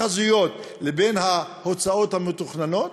החזויות, לבין ההוצאות המתוכננות?